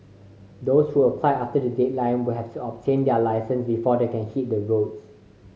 those who apply after the deadline will have to obtain their licence before they can hit the roads